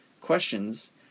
questions